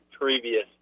previous